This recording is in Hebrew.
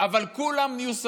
אבל כולם נהיו שרים.